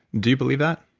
do you believe that?